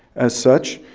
as such,